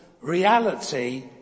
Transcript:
reality